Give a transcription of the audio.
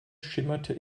schimmerte